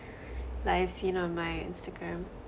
like I've seen on my instagram